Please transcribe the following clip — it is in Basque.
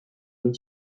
egin